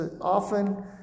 often